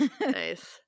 nice